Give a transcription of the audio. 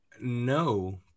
no